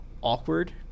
awkward